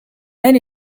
aile